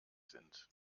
sind